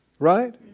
Right